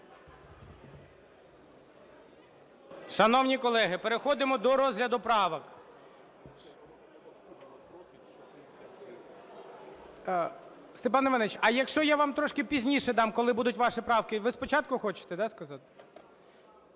Шановні колеги, переходимо до розгляду правок. Степан Іванович, а якщо я вам трішки пізніше дам, коли будуть ваші правки? Ви спочатку хочете сказати?